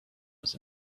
was